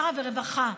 שר הרווחה,